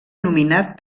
nominat